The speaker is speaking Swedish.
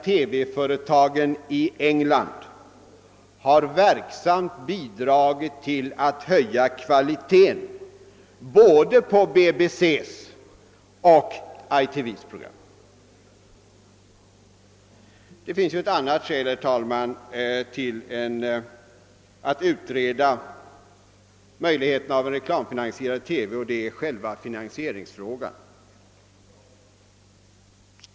TV-företagen i Storbritannien verksamt bidragit till att höja kvaliteten på både BBC:s och ITV:s program. Ett annat skäl att utreda möjligheterna för en reklamfinansierad TV är själva finansieringsfrågan.